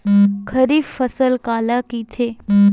खरीफ फसल काला कहिथे?